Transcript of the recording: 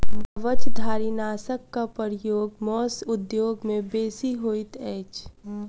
कवचधारीनाशकक प्रयोग मौस उद्योग मे बेसी होइत अछि